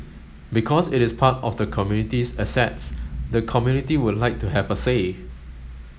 because it is part of the community's assets the community would like to have a say